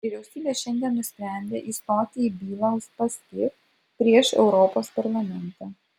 vyriausybė šiandien nusprendė įstoti į bylą uspaskich prieš europos parlamentą